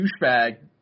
douchebag